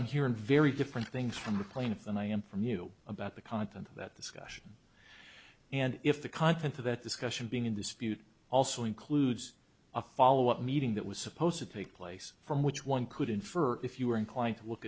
i'm hearing very different things from the plaintiff than i am from you about the content of that discussion and if the content of the discussion being in dispute also includes a follow up meeting that was supposed to take place from which one could infer if you were inclined to look